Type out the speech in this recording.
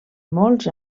molts